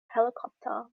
helicopter